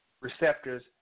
Receptors